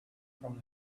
from